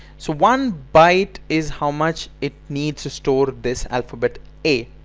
so one byte is how much it needs to store this alphabet a.